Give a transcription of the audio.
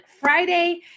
Friday